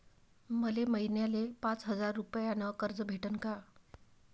मले महिन्याले पाच हजार रुपयानं कर्ज भेटन का?